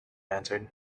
answered